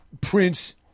Prince